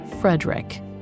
Frederick